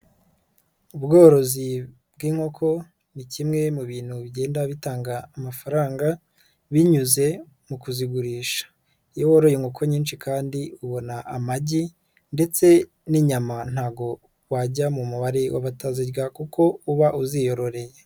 Ubworozi bw'inkoko, ni kimwe mu bintu bigenda bitanga amafaranga, binyuze mu kuzigurisha. Iyo woroye inko nyinshi kandi ubona amagi ndetse n'inyama ntabwo wajya mu mubare w'abatazirya kuko uba uziyororeye.